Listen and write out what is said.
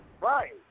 Right